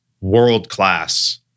world-class